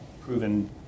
proven